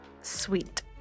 Sweet